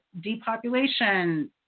depopulation